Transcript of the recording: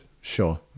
Sure